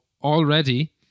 already